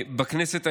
בכנסת העשרים,